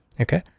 Okay